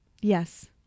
Yes